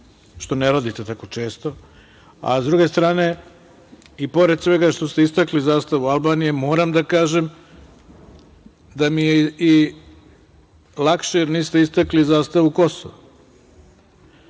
što ne radite tako često, a sa druge strane i pored svega što ste istakli zastavu Albanije, moram da kažem da mi je lakše, jer niste istakli zastavu Kosova,